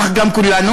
כך גם כולנו,